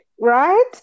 right